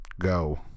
Go